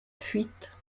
fuite